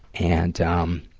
and, um,